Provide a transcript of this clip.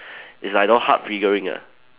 it's like those hard figurine ah